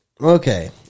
Okay